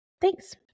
Thanks